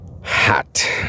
hat